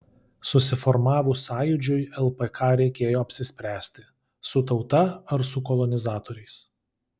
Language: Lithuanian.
susiformavus sąjūdžiui lpk reikėjo apsispręsti su tauta ar su kolonizatoriais